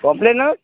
complain